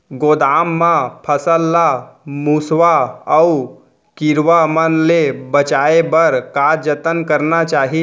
गोदाम मा फसल ला मुसवा अऊ कीरवा मन ले बचाये बर का जतन करना चाही?